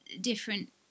different